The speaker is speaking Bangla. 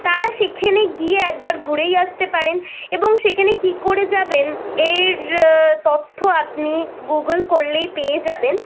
তারা সেখানে গিয়ে একবার ঘুরেই আসতে পারেন এবং সেখানে কী করে যাবেন এই তথ্য আপনি গুগল করলেই পেয়ে যাবেন